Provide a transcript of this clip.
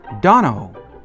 Dono